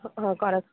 ହଁ ହଁ କର